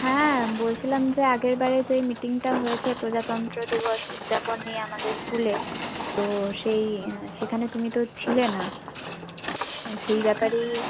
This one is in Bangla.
হ্যাঁ বলছিলাম যে আগেরবারে যেই মিটিংটা হয়েছে প্রজাতন্ত্র দিবস উৎযাপন নিয়ে আমাদের স্কুলে তো সেই সেখানে তুমি তো ছিলে না সেই ব্যাপারেই